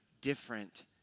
different